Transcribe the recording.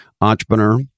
entrepreneur